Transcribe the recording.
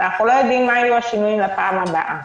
ואנחנו לא יודעים מה יהיו השינויים לפעם הבאה,